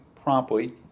promptly